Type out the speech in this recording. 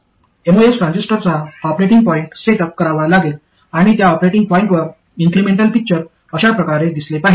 MOS ट्रान्झिस्टरचा operating point setup करावा लागेल आणि त्या ऑपरेटिंग पॉईंटवर इन्क्रिमेंटल पिक्चर अश्या प्रकारे दिसले पाहिजे